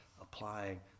applying